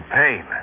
pain